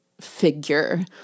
figure